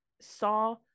saw